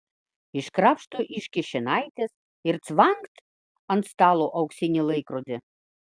iškrapšto iš kišenaitės ir cvangt ant stalo auksinį laikrodį